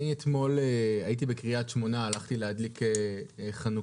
אתמול הייתי בקריית שמונה, הלכתי להדליק חנוכייה